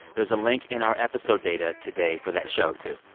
there's a link in our episode data today for that show, too.